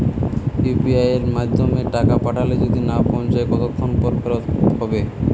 UPI য়ের মাধ্যমে টাকা পাঠালে যদি না পৌছায় কতক্ষন পর ফেরত হবে?